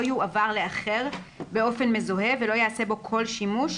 יועבר לאחר באופן מזוהה ולא ייעשה בו כל שימוש,